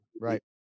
right